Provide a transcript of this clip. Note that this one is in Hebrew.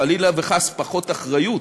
חלילה וחס, פחות אחריות,